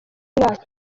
mwaka